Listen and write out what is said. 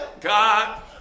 God